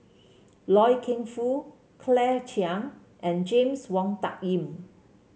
Loy Keng Foo Claire Chiang and James Wong Tuck Yim